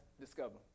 discover